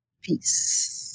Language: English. Peace